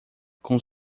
com